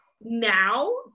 Now